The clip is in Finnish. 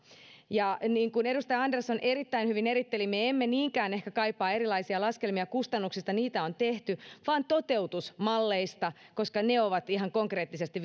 niin kuin edustaja andersson erittäin hyvin eritteli me emme niinkään ehkä kaipaa erilaisia laskelmia kustannuksista niitä on tehty vaan toteutusmalleista koska ne ovat ihan konkreettisesti